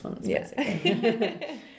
Yes